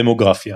דמוגרפיה